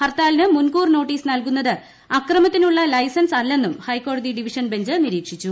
ഹർത്താലിന് മുൻകൂർ നോട്ടീസ് നൽകുന്നത് അക്രമത്തിനുള്ള ലൈസൻസ് അല്ലെന്നും ഹൈക്കോടതി ഡിവിഷൻ ബെഞ്ച് നിരീക്ഷിച്ചു